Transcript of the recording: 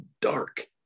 dark